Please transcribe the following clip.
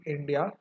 India